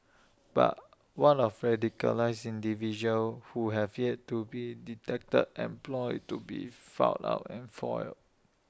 but what of radicalised individuals who have yet to be detected and plots yet to be found out and foiled